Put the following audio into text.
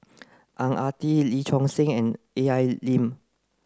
Ang Ah Tee Lee Choon Seng and A I Lim